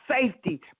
safety